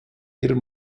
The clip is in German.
ihrer